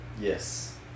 Yes